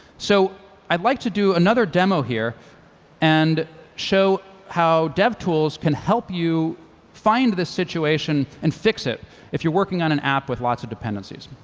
so i'd like to do another demo here and show how devtools can help you find the situation and fix it if you're working on an app with lots of dependencies.